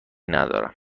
ندارم